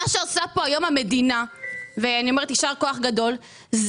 מה שהמדינה עושה פה היום ויישר כוח גדול על